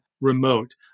remote